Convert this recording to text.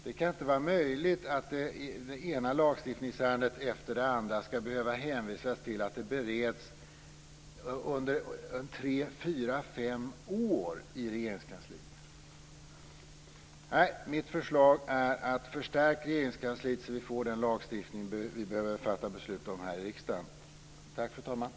Det kan inte vara rimligt att det i det ena lagstiftningsärendet efter det andra skall behöva hänvisas till att det bereds under tre-fem år i Regeringskansliet. Mitt förslag är att man förstärker Regeringskansliet så att vi här i riksdagen får fatta beslut om den lagstiftning som vi behöver.